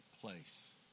place